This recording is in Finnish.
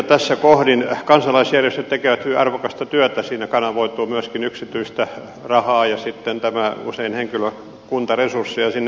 tässä kohdin kansalaisjärjestöt tekevät hyvin arvokasta työtä siinä kanavoituu myöskin yksityistä rahaa ja sitten usein henkilökuntaresursseja sinne